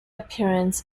appearance